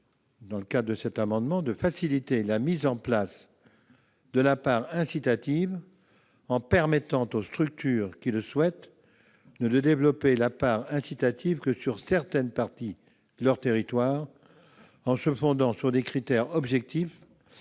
à l'autre. Il convient donc de faciliter la mise en place de la part incitative en permettant aux structures qui le souhaitent de ne développer cette part que sur certaines parties de leur territoire en se fondant sur des critères objectifs